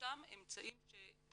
באותם אמצעים שדוברו.